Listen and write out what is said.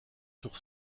sur